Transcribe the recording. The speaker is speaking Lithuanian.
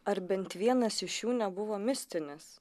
ar bent vienas iš jų nebuvo mistinis